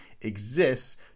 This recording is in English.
exists